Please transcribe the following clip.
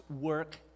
work